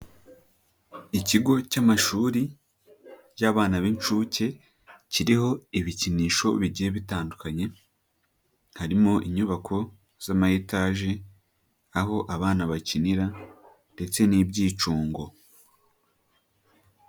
Ikigo cy'amashuri y'abana b'inshuke, kiriho ibikinisho bigiye bitandukanye, harimo inyubako zama etaje, aho abana bakinira ndetse n'ibyicungo.